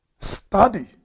Study